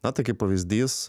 na tai kaip pavyzdys